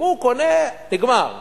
הוא קונה, נגמר.